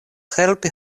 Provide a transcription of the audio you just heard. helpi